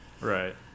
right